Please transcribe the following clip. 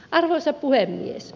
arvoisa puhemies